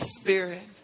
Spirit